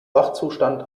wachzustand